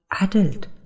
adult